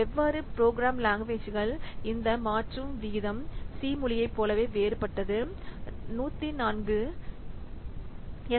வெவ்வேறு programming language இந்த மாற்று விகிதம் சி மொழியைப் போலவே வேறுபட்டது 104 எஸ்